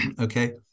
okay